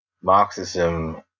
Marxism